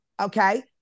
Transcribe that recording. Okay